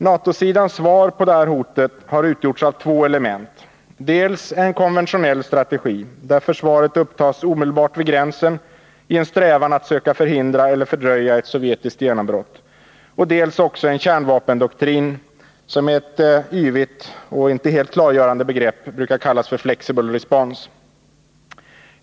NATO-sidans svar på detta hot har utgjorts av två element, dels en konventionell strategi, där försvaret upptas omedelbart vid gränsen i en strävan att förhindra eller fördröja ett sovjetiskt genombrott, dels en kärnvapendoktrin som med ett yvigt och inte helt klargörande begrepp brukar kallas flexible response.